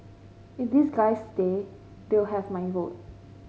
if these guys stay they'll have my vote